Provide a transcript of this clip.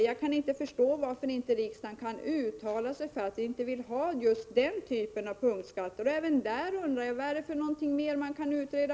Jag kan inte förstå varför inte riksdagen kan uttala sig för att vi inte skall ha just den typen av punktskatter. Även där undrar jag: Vad finns det mer att utreda?